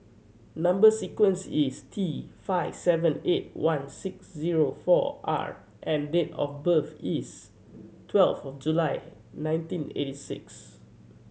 number sequence is T five seven eight one six zero four R and date of birth is twelve of July nineteen eighty six